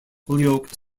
holyoke